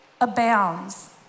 abounds